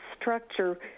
structure